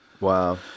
Wow